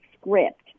script